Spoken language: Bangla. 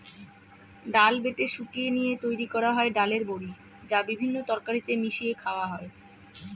ডাল বেটে শুকিয়ে নিয়ে তৈরি করা হয় ডালের বড়ি, যা বিভিন্ন তরকারিতে মিশিয়ে খাওয়া হয়